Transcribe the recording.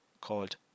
called